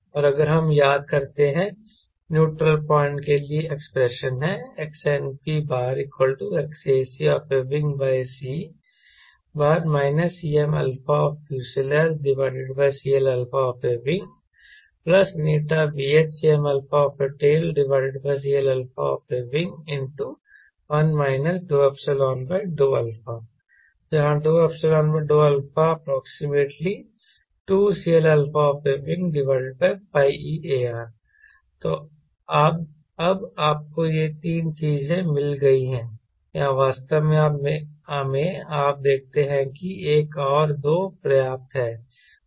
और अगर हम याद करते हैं न्यूट्रल पॉइंट के लिए एक्सप्रेशन है XNPXacWc CmαfCLαWηVHCmαtCLαW1 ∂ϵ∂α जहां ∂ϵ∂α2CLαWπARe तो अब आपको ये तीन चीजें मिल गई हैं या वास्तव में आप देखते हैं कि एक और दो पर्याप्त हैं